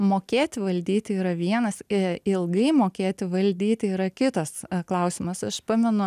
mokėti valdyti yra vienas i ilgai mokėti valdyti yra kitas klausimas aš pamenu